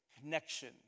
connection